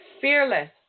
fearless